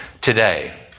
today